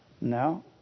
No